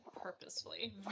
purposefully